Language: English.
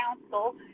council